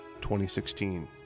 2016